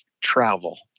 travel